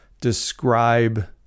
describe